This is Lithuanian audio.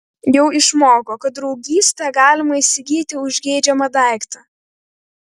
jau išmoko kad draugystę galima įsigyti už geidžiamą daiktą